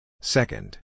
Second